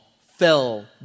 fell